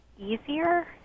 easier